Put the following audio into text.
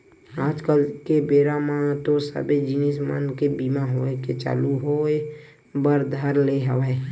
आज कल के बेरा म तो सबे जिनिस मन के बीमा होय के चालू होय बर धर ले हवय